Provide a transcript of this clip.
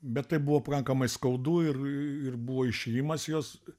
bet tai buvo pakankamai skaudu ir ir buvo išėjimas jos